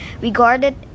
regarded